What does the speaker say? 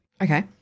Okay